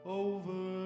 over